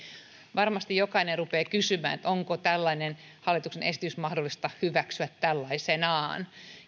varmasti jokainen rupeaa kysymään onko tällainen hallituksen esitys mahdollista hyväksyä tällaisenaan